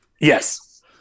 yes